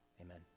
Amen